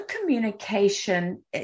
communication